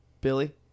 Billy